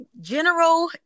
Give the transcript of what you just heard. general